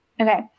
Okay